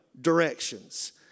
Directions